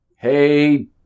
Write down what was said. Hey